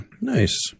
Nice